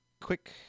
quick